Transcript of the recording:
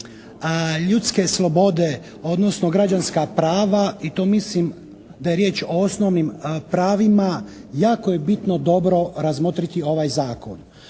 ljudske slobode odnosno građanska prava i to mislim da je riječ o osnovnim pravima, jako je bitno jako razmotriti ovaj zakon.